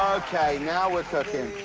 okay. now we're